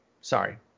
sorry